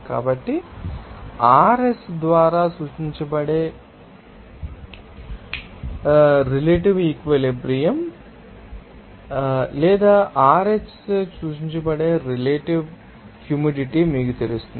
కాబట్టి RS ద్వారా సూచించబడే రిలేటివ్ ఈక్విలిబ్రియం త లేదా RH చే సూచించబడే రిలేటివ్ హ్యూమిడిటీ మీకు తెలుసు